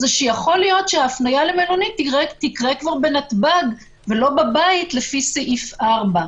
הוא שיכול להיות שההפניה למלונית תקרה כבר בנתב"ג ולא בבית לפי סעיף 4,